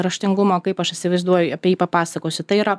raštingumą kaip aš įsivaizduoju apie jį papasakosiu tai yra